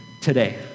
today